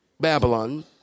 Babylon